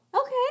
Okay